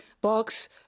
box